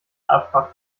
abfahrt